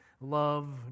love